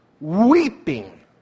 weeping